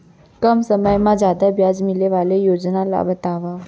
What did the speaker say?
कम समय मा जादा ब्याज मिले वाले योजना ला बतावव